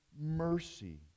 mercy